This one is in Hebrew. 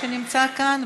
שנמצא כאן,